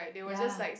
ya